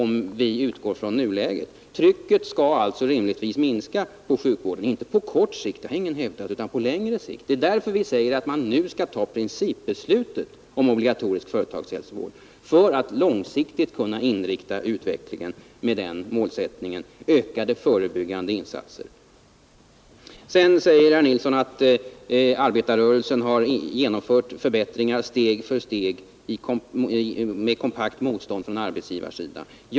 Trycket på sjukvården skall alltså rimligtvis minska — inte på kort sikt, det har ingen hävdat, utan på längre sikt. Det är därför vi säger att man nu skall fatta principbeslutet om obligatorisk företagshälsovård för att långsiktigt kunna inrikta utvecklingen på en målsättning som innebär ökade förebyggande insatser. Sedan säger herr Nilsson i Växjö att arbetarrörelsen har genomfört förbättringar steg för steg trots kompakt motstånd från arbetsgivarsidan.